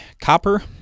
Copper